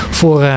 voor